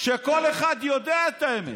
כשכל אחד יודע את האמת.